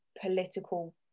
political